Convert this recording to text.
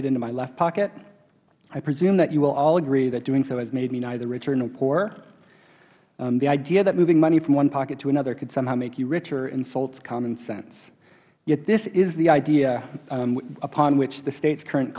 it into my left pocket i presume that you will all agree that doing so has made me neither richer nor poorer the idea that moving money from one pocket to another could somehow makes you richer insults common sense yet this is the idea upon which the states current